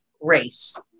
race